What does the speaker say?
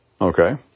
Okay